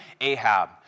Ahab